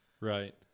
Right